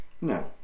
No